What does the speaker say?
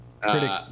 Critics